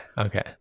Okay